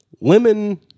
lemon